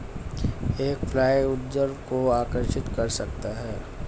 एक फ्लाई उपद्रव को आकर्षित कर सकता है?